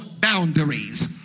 boundaries